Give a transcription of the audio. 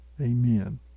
Amen